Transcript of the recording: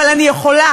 אבל אני יכולה,